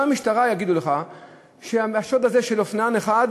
גם במשטרה יגידו לך ששוד של אופנוען אחד